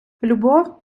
любов